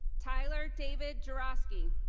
tyler david giroskey.